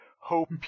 hope